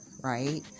right